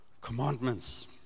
commandments